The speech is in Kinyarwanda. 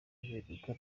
impinduka